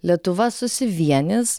lietuva susivienys